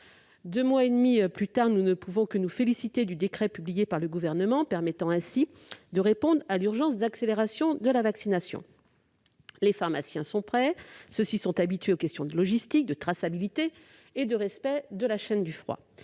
Deux mois et demi plus tard, nous ne pouvons que nous féliciter du décret publié par le Gouvernement, permettant de répondre à l'urgence de l'accélération de la vaccination. Les pharmaciens sont prêts et habitués aux questions de logistique, de traçabilité et de respect de la chaîne du froid.